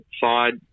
side